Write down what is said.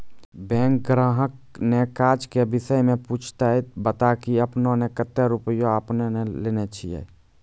Bank ग्राहक ने काज के विषय मे पुछे ते बता की आपने ने कतो रुपिया आपने ने लेने छिए?